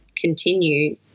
continue